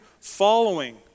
following